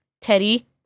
Teddy